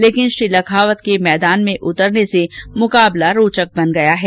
लेकिन श्री लखावत के मैदान में उतरने से मुकाबला रोचक बन गया है